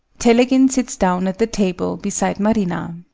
telegin sits down at the table beside marina.